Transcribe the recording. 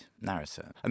narrator